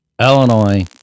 Illinois